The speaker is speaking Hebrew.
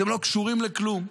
אתם לא קשורים לכלום.